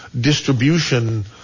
distribution